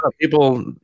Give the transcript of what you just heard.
People